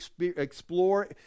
explore